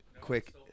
quick